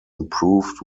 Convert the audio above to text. improved